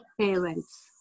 parents